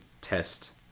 test